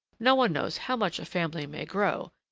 no one knows how much a family may grow,